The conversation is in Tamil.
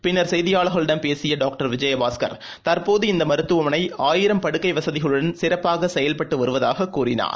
பின்னர் செய்தியாளர்களிடம் பேசியடாங்டர் விஜயபாஸ்கர் தற்போது இந்தமருத்துவமனைஆயிரம் படுக்கைவசதிகளுடன் சிறப்பாகசெயல்பட்டுவருவதாகக் கூறினார்